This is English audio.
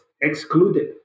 excluded